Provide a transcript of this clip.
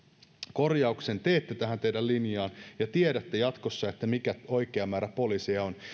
korjauksen teette tähän teidän linjaanne ja tiedätte jatkossa mikä oikea määrä poliiseja on